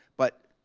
but